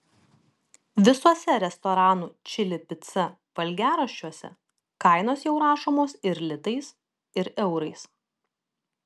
visuose restoranų čili pica valgiaraščiuose kainos jau rašomos ir litais ir eurais